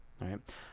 Right